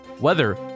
weather